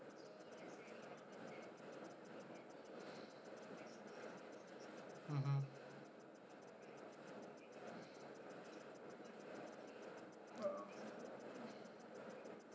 mmhmm